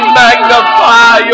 magnify